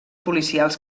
policials